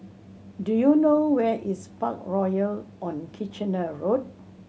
do you know where is Parkroyal on Kitchener Road